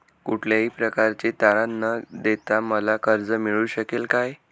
कुठल्याही प्रकारचे तारण न देता मला कर्ज मिळू शकेल काय?